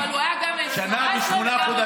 אבל הוא היה גם ל-2018 וגם ל-2019.